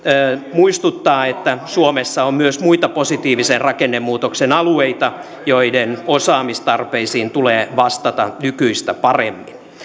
muistuttaa että suomessa on myös muita positiivisen rakennemuutoksen alueita joiden osaamistarpeisiin tulee vastata nykyistä paremmin